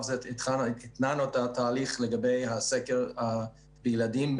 זה התנענו את התהליך לגבי הסקר בילדים,